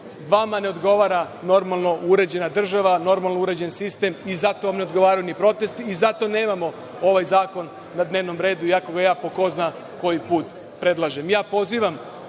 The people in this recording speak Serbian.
vama ne odgovara normalno uređena država, normalno uređen sistem i zato vam ne odgovaraju protesti i zato nemamo ovaj zakon na dnevnom redu, iako ga ja po ko zna koji put predlažem. Pozivam